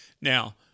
Now